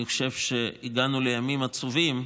אני חושב שהגענו לימים עצובים,